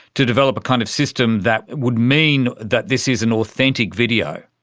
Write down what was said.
to develop a kind of system that would mean that this is an authentic video?